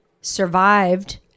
survived